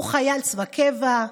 הוא חייל צבא קבע,